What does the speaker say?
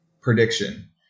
prediction